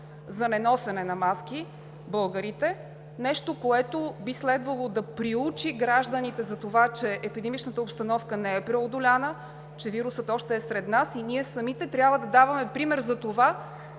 за неносене на маски българите – нещо, което би следвало да приучи гражданите за това, че епидемичната обстановка не е преодоляна, че вирусът още е сред нас и ние самите трябва да даваме пример за това